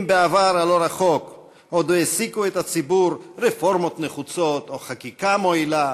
אם בעבר הלא-רחוק עוד העסיקו את הציבור רפורמות נחוצות או חקיקה מועילה,